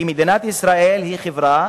כי מדינת ישראל היא חברה